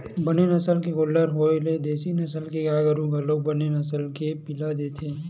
बने नसल के गोल्लर होय ले देसी नसल के गाय गरु ह घलोक बने नसल के पिला देथे